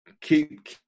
keep